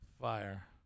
fire